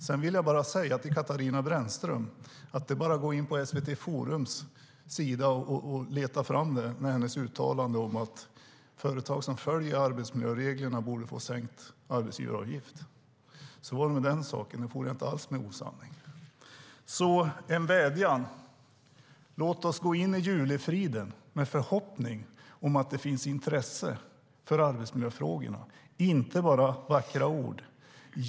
Sedan vill jag säga till Katarina Brännström att det bara är att gå in på SVT Forums hemsida och leta fram hennes uttalande om att företag som följer arbetsmiljöreglerna borde få sänkt arbetsgivaravgift. Så var det med den saken. Jag for inte alls med osanning. En vädjan: Låt oss gå in i julefriden med förhoppning om att det finns intresse för arbetsmiljöfrågorna, inte bara vackra ord.